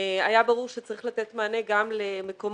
היה ברור שצריך לתת מענה גם לעסקים